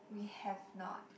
we have not